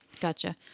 Gotcha